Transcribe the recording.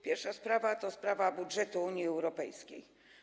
Pierwsza sprawa to sprawa budżetu Unii Europejskiej.